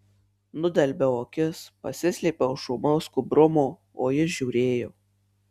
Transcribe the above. nudelbiau akis pasislėpiau už ūmaus skubrumo o ji žiūrėjo